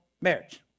marriage